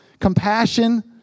compassion